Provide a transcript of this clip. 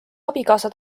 abikaasa